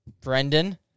Brendan